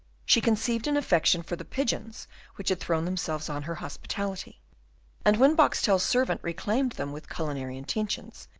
she conceived an affection for the pigeons which had thrown themselves on her hospitality and when boxtel's servant reclaimed them with culinary intentions,